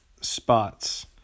spots